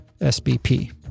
SBP